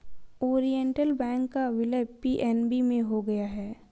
Oriental Bank का विलय PNB में हो गया है